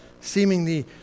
seemingly